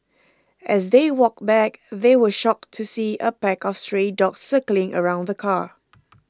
as they walked back they were shocked to see a pack of stray dogs circling around the car